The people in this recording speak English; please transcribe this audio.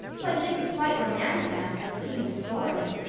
but it isn't quite romantic enough for the scene of a story.